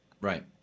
Right